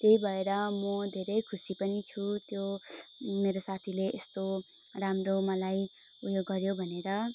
त्यही भएर म धेरै खुसी पनि छु त्यो मेरो साथीले यस्तो राम्रो मलाई उयो गऱ्यो भनेर